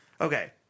Okay